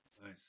Nice